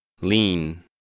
Lean